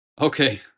Okay